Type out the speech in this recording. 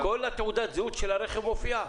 כל תעודת הזהות של הרכב מופיעה.